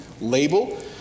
label